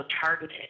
targeted